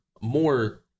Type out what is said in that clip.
more